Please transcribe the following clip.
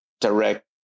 direct